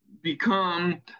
become